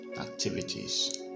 activities